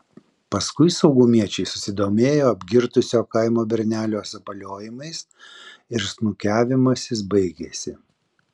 paskui saugumiečiai susidomėjo apgirtusio kaimo bernelio sapaliojimais ir snukiavimasis baigėsi